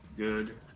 Good